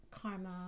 karma